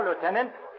Lieutenant